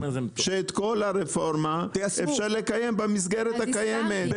שאת כל הרפורמה אפשר לקיים במסגרת הקיימת?